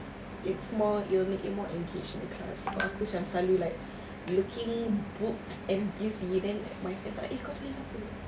it's more it'll make you more engaged in class sebab aku macam selalu like looking booked and busy then my friends like eh kau tulis apa